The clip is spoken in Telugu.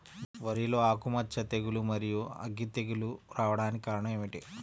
వరిలో ఆకుమచ్చ తెగులు, మరియు అగ్గి తెగులు రావడానికి కారణం ఏమిటి?